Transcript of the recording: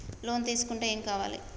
Loan తీసుకుంటే ఏం కావాలి?